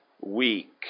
weak